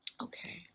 Okay